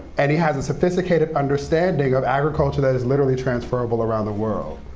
and he has a sophisticated understanding of agriculture that is literally transferable around the world.